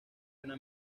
una